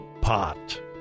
pot